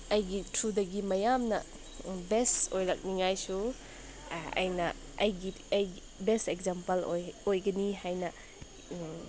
ꯑꯩꯒꯤ ꯊ꯭ꯔꯨꯗꯒꯤ ꯃꯌꯥꯝꯅ ꯕꯦꯁ ꯑꯣꯏꯔꯛꯅꯤꯡꯉꯥꯏꯁꯨ ꯑꯩꯅ ꯑꯩꯒꯤ ꯑꯩꯒꯤ ꯕꯦꯁ ꯑꯦꯛꯖꯥꯝꯄꯜ ꯑꯣꯏ ꯑꯣꯏꯒꯅꯤ ꯍꯥꯏꯅ